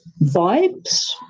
vibes